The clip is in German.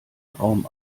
raum